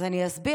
אז אני אסביר.